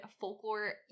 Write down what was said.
folklore